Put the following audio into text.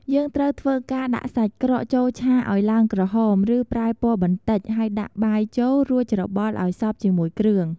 យើងត្រូវធ្វើការ ដាក់សាច់ក្រកចូលឆាឱ្យឡើងក្រហម ឬប្រែពណ៌បន្តិច ហើយដាក់បាយចូល រួចច្របល់ឱ្យសព្វជាមួយគ្រឿង។